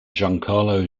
giancarlo